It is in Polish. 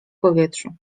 powietrzu